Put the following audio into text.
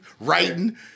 writing